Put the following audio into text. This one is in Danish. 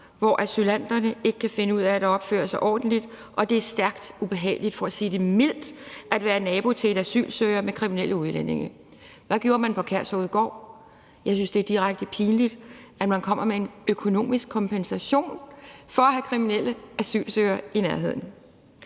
hvor asylanterne ikke kan finde ud af at opføre sig ordentligt, og det er stærkt ubehageligt, for at sige det mildt, at være nabo til et asylcenter med kriminelle udlændinge. Hvad gjorde man på Kærshovedgård? Jeg synes, det er direkte pinligt, at man kommer med en økonomisk kompensation for at have kriminelle asylsøgere i nærheden.